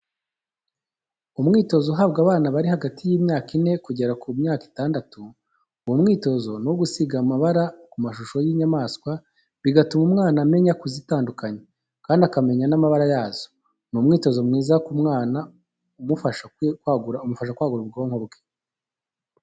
umwitozo uhabwa abana bari hagati y'imyaka ine kugera ku myaka itandatu, uwo mwitozo ni uwo gusiga amabara ku mashusho y'inyamaswa, bigatuma umwana amenya kuzitandukanya kandi akamenya n'amabara yazo. Ni umwitozo mwiza ku mwana umufasha kwagura ubwonko bwe.